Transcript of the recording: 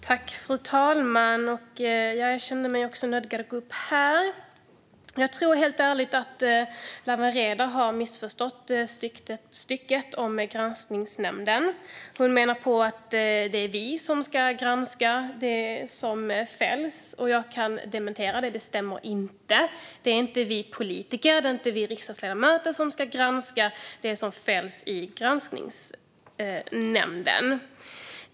Fru talman! Jag känner mig nödgad att gå upp här i debatten. Jag tror helt ärligt att Lawen Redar har missförstått stycket om granskningsnämnden. Hon menar att det är vi som ska granska det som fälls. Jag kan dementera det. Det stämmer inte. Det är inte vi politiker och riksdagsledamöter som ska granska det som fälls i granskningsnämnden.